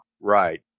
Right